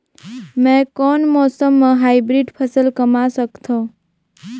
मै कोन मौसम म हाईब्रिड फसल कमा सकथव?